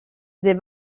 des